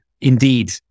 indeed